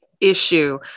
issue